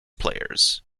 players